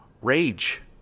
rage